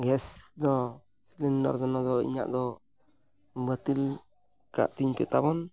ᱫᱚ ᱫᱚ ᱱᱚᱣᱟ ᱫᱚ ᱤᱧᱟᱹᱜ ᱫᱚ ᱵᱟᱹᱛᱤᱞ ᱠᱟᱛᱤᱧ ᱯᱮ ᱛᱟᱵᱚᱱ